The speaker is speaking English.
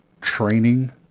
training